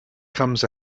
comes